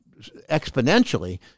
exponentially